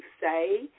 say